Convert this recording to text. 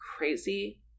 crazy